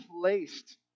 placed